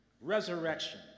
Resurrection